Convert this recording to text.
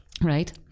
Right